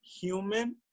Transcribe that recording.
human